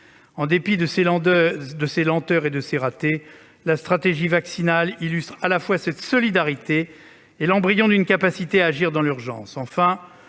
En dépit de ses lenteurs et de ses ratés, la stratégie vaccinale européenne illustre tant cette solidarité que l'embryon d'une capacité à agir dans l'urgence. Enfin,